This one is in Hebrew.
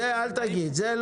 אל תגיד את זה,